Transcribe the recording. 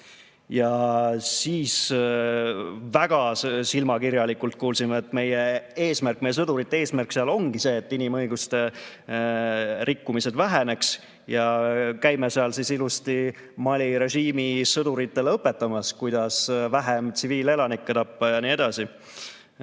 Ja siis väga silmakirjalikult kuulsime, et meie sõdurite [kohalolu] eesmärk seal ongi see, et inimõiguste rikkumine väheneks, ja me käime seal ilusti Mali režiimi sõduritele õpetamas, kuidas vähem tsiviilelanike tappa ja nii edasi.